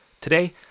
Today